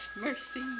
Mercy